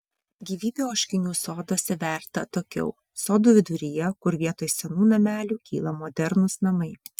gyvybė ožkinių soduose verda atokiau sodų viduryje kur vietoj senų namelių kyla modernūs namai